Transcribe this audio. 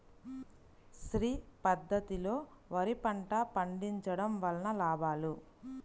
శ్రీ పద్ధతిలో వరి పంట పండించడం వలన లాభాలు?